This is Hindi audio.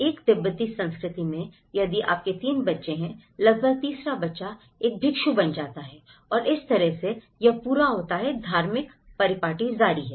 एक तिब्बती संस्कृति में यदि आपके 3 बच्चे हैं लगभग तीसरा बच्चा एक भिक्षु बन जाता है और इस तरह से यह पूरा होता है धार्मिक परिपाटी जारी है